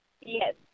Yes